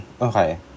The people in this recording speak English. Okay